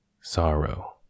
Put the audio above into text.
Sorrow